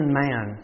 man